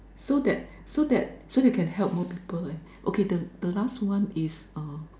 so that so that so that can help more people lah by okay the the last one is uh